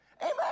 Amen